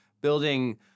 building